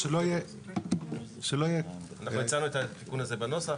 שלא יהיה --- הצענו את התיקון הזה בנוסח,